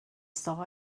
saw